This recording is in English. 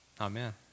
Amen